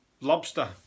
lobster